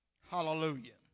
Hallelujah